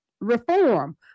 reform